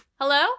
Hello